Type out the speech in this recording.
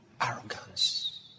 arrogance